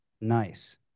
nice